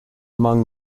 among